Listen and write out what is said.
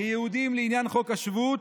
כיהודים לעניין חוק השבות,